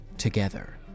Together